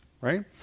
Right